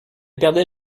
perdait